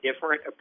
different